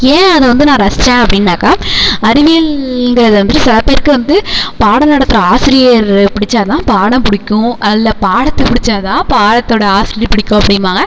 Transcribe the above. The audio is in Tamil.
ஏன் அதை வந்து நான் ரசித்தேன் அப்படின்னாக்கா அறிவியல்ங்கிறது வந்துட்டு சிலப் பேருக்கு வந்து பாடம் நடத்துகிற ஆசிரியர் பிடிச்சாதான் பாடம் பிடிக்கும் இல்லை பாடத்தை புடிச்சாதான் பாடத்தோட ஆசிரியர் பிடிக்கும் அப்படிம்பாங்க